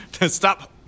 stop